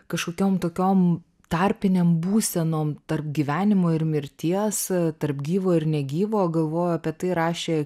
kažkokiom tokiom tarpinėm būsenom tarp gyvenimo ir mirties tarp gyvo ir negyvo galvojau apie tai rašė